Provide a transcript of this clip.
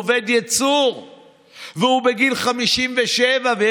אנחנו עוברים להצבעה על הסתייגות 213, הצבעה.